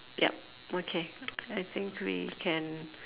yup okay I think we can